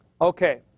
Okay